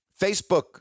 Facebook